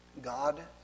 God